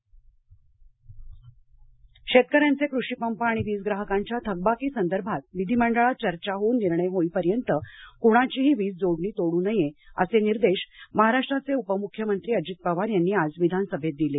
विधिमंडळ शेतकऱ्यांचे कृषीपंप आणि वीज ग्राहकांच्या थकबाकीसंदर्भात विधीमंडळात चर्चा होऊन निर्णय होईपर्यंत कुणाचीही वीज जोडणी तोडू नये असे निर्देश महाराष्ट्राचे उपमुख्यमंत्री अजित पवार यांनी आज विधानसभेत दिले